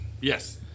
Yes